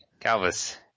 Calvis